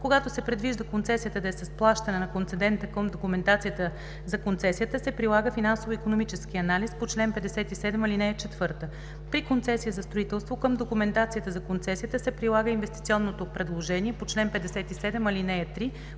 Когато се предвижда концесията да е с плащане от концедента, към документацията за концесията се прилага финансово-икономическият анализ по чл. 57, ал. 4. При концесия за строителство към документацията за концесията се прилага инвестиционното предложение по чл. 57, ал. 3